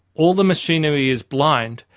all the machinery is blind,